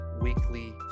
weekly